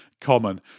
common